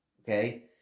Okay